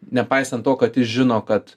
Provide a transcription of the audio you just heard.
nepaisant to kad jis žino kad